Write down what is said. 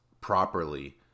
properly